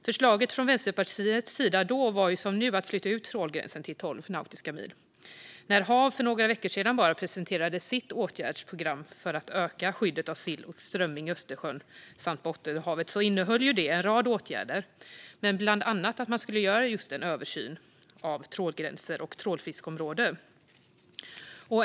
Förslaget från Vänsterpartiets sida var då som nu att flytta ut trålgränsen till tolv nautiska mil. HaV presenterade för bara några veckor sedan sitt åtgärdsprogram för att öka skyddet av sill och strömming i Östersjön samt Bottenhavet. Det innehöll en rad åtgärder, bland annat en översyn av trålgränser och trålfiskeområden.